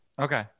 Okay